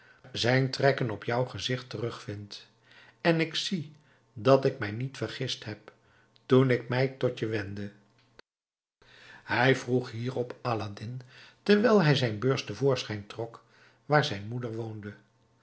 zijn trekken op jouw gezicht terugvind en ik zie dat ik mij niet vergist heb toen ik mij tot je wendde hij vroeg hierop aladdin terwijl hij zijn beurs te voorschijn trok waar zijn moeder woonde